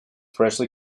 freshly